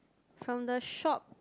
from the shop